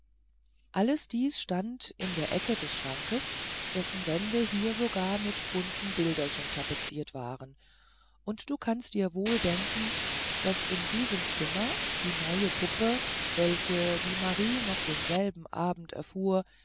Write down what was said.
alles dieses stand in der ecke des schranks dessen wände hier sogar mit bunten bilderchen tapeziert waren und du kannst dir wohl denken daß in diesem zimmer die neue puppe welche wie marie noch denselben abend erfuhr